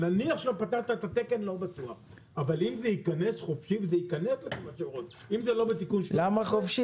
אם זה ייכנס חופשי, וזה ייכנס -- למה חופשי?